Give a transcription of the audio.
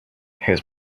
his